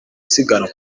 siganwa